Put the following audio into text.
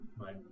Right